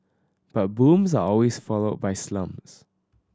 but booms are always followed by slumps